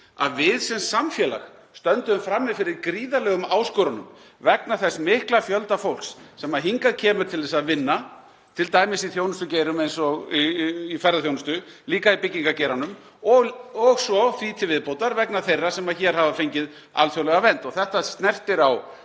að við sem samfélag stöndum frammi fyrir gríðarlegum áskorunum vegna þess mikla fjölda fólks sem hingað kemur til að vinna, t.d. í þjónustugeirum eins og í ferðaþjónustu, líka í byggingargeiranum og svo því til viðbótar vegna þeirra sem hér hafa fengið alþjóðlega vernd. Þetta snertir á